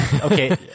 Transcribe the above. Okay